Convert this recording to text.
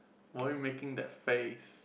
why you making that face